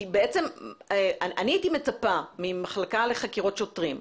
כי בעצם אני הייתי מצפה ממחלקה לחקירות שוטרים,